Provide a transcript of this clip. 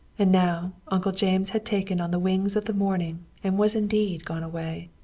and now uncle james had taken on the wings of the morning and was indeed gone away.